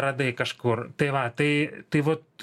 radai kažkur tai va tai tai vat